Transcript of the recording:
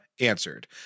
answered